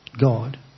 God